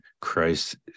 Christ